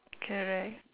correct